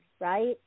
right